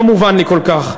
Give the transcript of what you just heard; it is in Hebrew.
לא מובן לי כל כך.